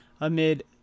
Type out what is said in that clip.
amid